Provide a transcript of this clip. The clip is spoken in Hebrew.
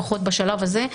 לפחות בשלב הזה,